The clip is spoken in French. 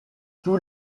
tous